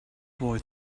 boy